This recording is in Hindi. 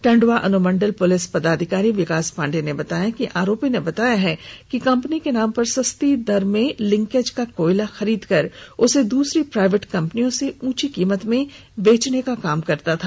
टंडवा अनुमंडल पुलिस पदाधिकारी विकास पांडेय ने बताया कि आरोपी ने बताया कि कंपनी के नाम पर सस्ती दर में लिकेंज का कोयला खरीदकर उसे दूसरी प्राईवेट कंपनियों से उंची कीमत में बेचने का काम करता है